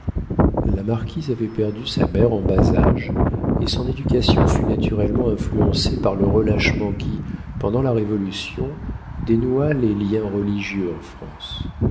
la marquise avait perdu sa mère en bas âge et son éducation fut naturellement influencée par le relâchement qui pendant la révolution dénoua les liens religieux en france